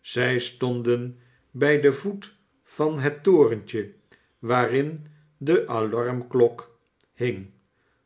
zij stonden bij den voet van het torentje waarin de alarmklok hing